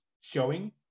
showing